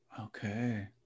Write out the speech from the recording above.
Okay